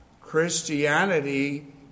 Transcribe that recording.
Christianity